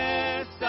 Yes